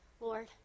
Lord